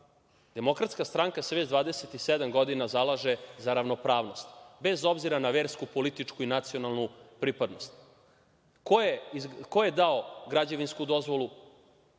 Demokratska stranka se već 27 godina zalaže za ravnopravnost bez obzira na versku, političku i nacionalnu pripadnost. Ko je dao građevinsku dozvolu?